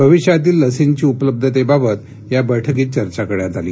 भविष्यातील लसींची उपलब्धतेबाबत या बैठकीत चर्चा करण्यात आली